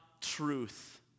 truth